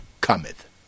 cometh